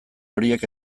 horiek